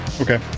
Okay